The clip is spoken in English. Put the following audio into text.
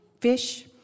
fish